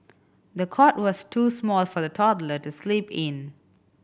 the cot was too small for the toddler to sleep in